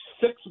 six